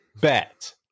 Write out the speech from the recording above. Bet